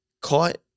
caught